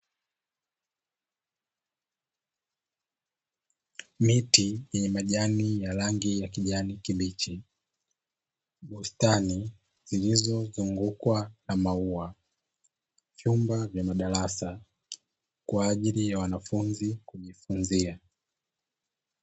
Miti yenye majani ya rangi ya kijani kibichi, bustani zilizozungukwa na maua, vyumba vya madarasa kwa ajili ya wanafunzi kujifunzia.